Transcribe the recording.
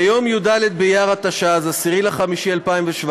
ביום י"ד באייר התשע"ז, 10 במאי 2017,